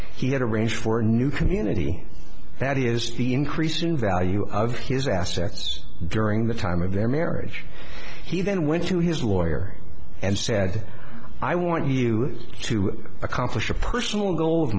he had arranged for a new community that is the increase in value of his assets during the time of their marriage he then went to his lawyer and said i want you to accomplish a personal goal of